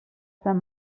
sant